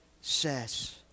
says